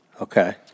Okay